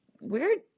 weird